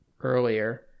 earlier